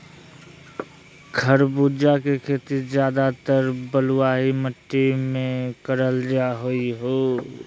खरबूजा के खेती ज्यादातर बलुआ मिट्टी मे करल जा हय